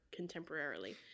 contemporarily